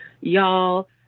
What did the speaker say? y'all